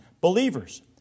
Believers